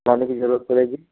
लाने की जरूरत पड़ेगी